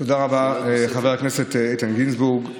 תודה רבה, חבר הכנסת איתן גינזבורג.